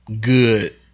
good